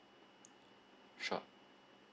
sure